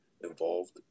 involved